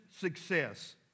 success